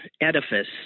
edifice